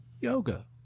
yoga